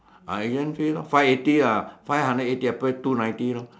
I gave them five eighty lah five hundred eighty I pay two ninety lor